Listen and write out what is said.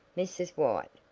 mrs. white,